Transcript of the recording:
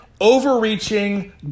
overreaching